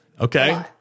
Okay